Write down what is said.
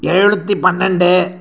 எழுநூற்றி பன்னெண்டு